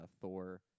Thor